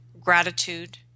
gratitude